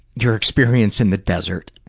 your experience in the desert.